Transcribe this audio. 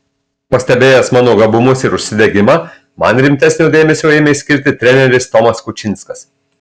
pastebėjęs mano gabumus ir užsidegimą man rimtesnio dėmesio ėmė skirti treneris tomas kučinskas